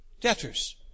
debtors